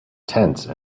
tense